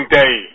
day